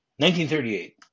1938